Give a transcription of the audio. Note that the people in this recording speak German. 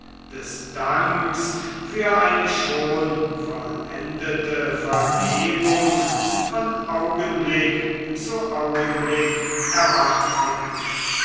des danks für eine schon vollendete vergebung von augenblick zu augenblick erwartend